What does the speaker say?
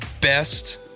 best